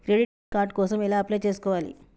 Credit card కోసం ఎలా apply చేసుకోవాలి?